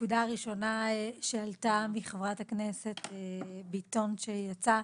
הנקודה הראשונה שעלתה מחברת הכנסת דבי ביטון שיצאה.